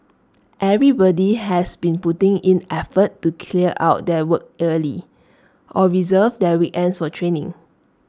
everybody has been putting in effort to clear out their work early or reserve their weekends for training